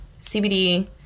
CBD